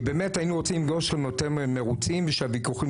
כי באמת היינו רוצים שאתם מרוצים ושהוויכוחים